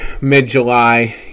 mid-July